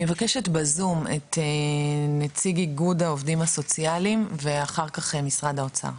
אני מבקשת את נציג איגוד העובדים הסוציאליים ואחר כך את משרד האוצר.